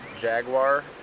Jaguar